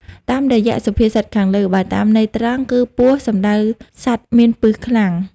តាមរយ:សុភាសិតខាងលើ បើតាមន័យត្រង់គឹ ពស់សំដៅសត្វមានពឹសខ្លាំង ។